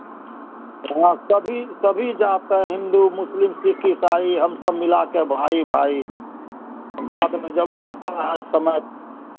यहाँ सभी सभी जात है हिंदू मुस्लिम सिख इसाई हम सब मिला के भाई भाई बाद में जब आता है समय